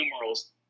numerals